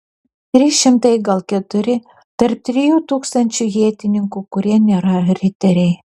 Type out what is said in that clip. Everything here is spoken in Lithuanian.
trys šimtai gal keturi tarp trijų tūkstančių ietininkų kurie nėra riteriai